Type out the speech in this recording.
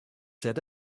said